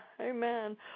amen